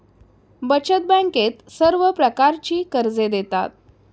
बचत बँकेत सर्व प्रकारची कर्जे देतात